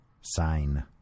Sign